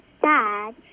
sad